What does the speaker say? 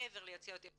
מעבר ליוצאי אתיופיה,